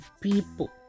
people